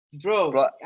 Bro